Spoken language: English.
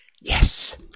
yes